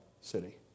city